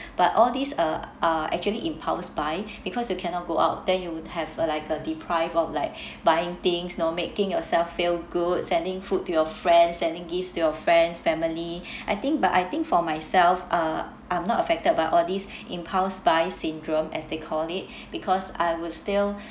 but all these uh are actually impulse buy because you cannot go out then you would have uh like a deprive of like buying things no making yourself feel good sending food to your friends sending gifts to your friends family I think but I think for myself uh I'm not affected by all these impulse buy syndrome as they call it because I would still